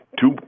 two